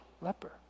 leper